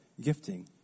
gifting